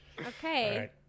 Okay